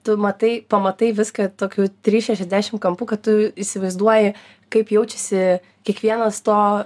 tu matai pamatai viską tokiu trys šešiasdešim kampu kad tu įsivaizduoji kaip jaučiasi kiekvienas to